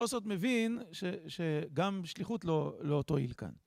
התוספות מבין שגם שליחות לא תועיל כאן.